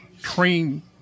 train